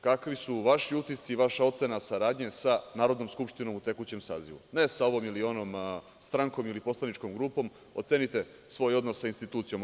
Kakvi su vaši utisci, vaša ocena saradnja sa Narodnom skupštinom u tekućem sazivu ne sa ovo ili onom strankom ili poslaničkom grupom ocenite svoj odnos sa institucijom.